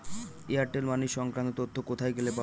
Airtel money সংক্রান্ত তথ্য কোথায় গেলে পাব?